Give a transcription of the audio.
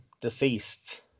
deceased